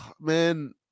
man